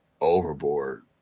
Overboard